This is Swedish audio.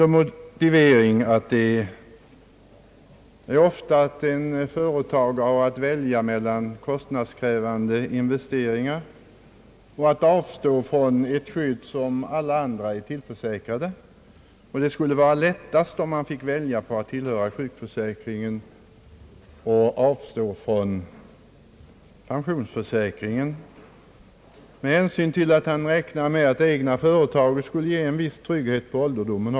Motiveringen skulle vara att en företagare ofta har att besluta om han skall göra kostnadskrävande investeringar och som följd därav avstå från det skydd som alla andra är tillförsäkrade. Det skulle vara lättast om han fick välja att tillhöra sjukförsäkringen och avstå från pensionsförsäkringen med hänsyn till att han räknar med att det egna företaget skall ge en viss trygghet på ålderdomen.